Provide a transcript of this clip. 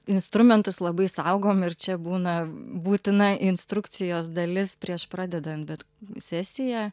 instrumentus labai saugom ir čia būna būtina instrukcijos dalis prieš pradedant bet sesiją